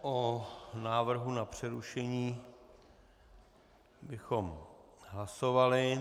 O návrhu na přerušení bychom hlasovali.